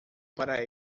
para